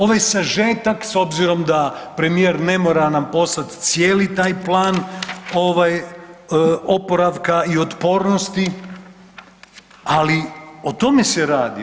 Ovaj sažetak s obzirom da premijer ne mora nam poslati cijeli taj plan oporavka i otpornosti, ali o tome se radi.